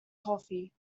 coffee